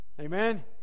Amen